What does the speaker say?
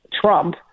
Trump